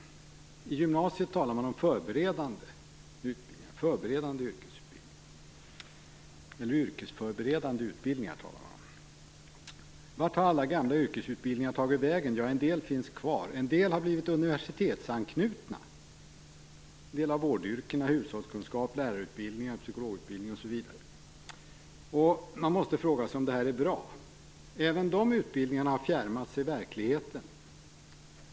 I gymnasiet talar man om yrkesförberedande utbildningar. Vart har alla gamla yrkesutbildningar tagit vägen? En del finns kvar. En del har blivit universitetsanknutna - en del av vårdyrkena, hushållskunskap, lärarutbildningar, psykologutbildning osv. Man måste fråga sig om det är bra. Även de utbildningarna har fjärmat sig från verkligheten.